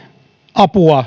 apua